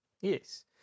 Yes